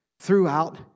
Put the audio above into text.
throughout